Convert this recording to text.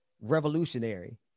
revolutionary